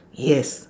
yes